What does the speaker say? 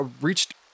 reached